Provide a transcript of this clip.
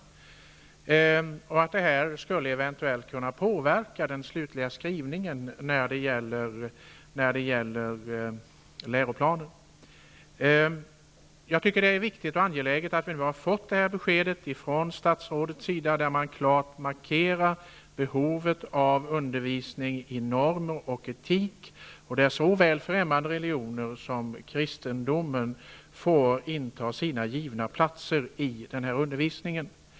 Detta skulle enligt uppgiften i massmedia eventuellt kunna påverka den slutliga skrivningen i läroplanen. Jag tycker att det är viktigt och angeläget att vi nu har fått det här beskedet från statsrådet, att hon klart markerar behovet av undervisning i normer och etik och att såväl främmande religioner som kristendom skall inta sina givna platser i denna undervisning.